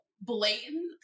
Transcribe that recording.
blatant